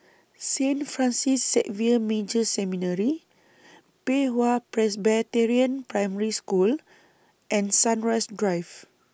Saint Francis Xavier Major Seminary Pei Hwa Presbyterian Primary School and Sunrise Drive